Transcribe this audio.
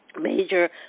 Major